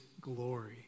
glory